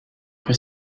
pré